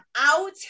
out